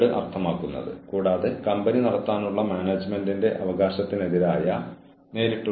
ഫലപ്രദമായ അച്ചടക്ക സെഷനുകൾക്കുള്ള ചില സ്റ്റെപ്പുകൾ